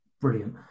brilliant